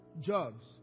jobs